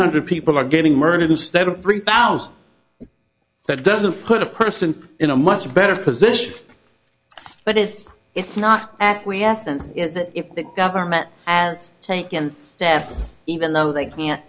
hundred people are getting murdered instead of bring thousands that doesn't put a person in a much better position but if it's not at we often is that if the government as taken steps even though they can't